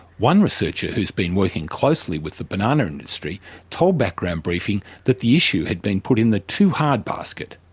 one researcher who's been working closely with the banana industry told background briefing that the issue had been put in the too hard basket.